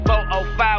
405